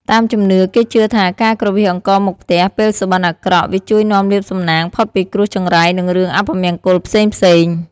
តាមជំនឿគេជឿថាការគ្រវាសអង្ករមុខផ្ទះពេលសុបិនអាក្រក់ វាជួយនាំលាភសំណាង ផុតពីគ្រោះចង្រៃ និងរឿងអពមង្គលផ្សេងៗ។